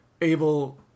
able